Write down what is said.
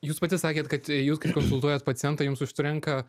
jūs pati sakėt kad jūs kai konsultuojat pacientą jums užtrunka